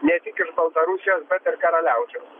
ne tik iš baltarusijos bet ir karaliaučiaus